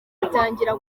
atangira